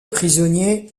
prisonnier